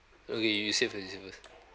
okay you you say first you say first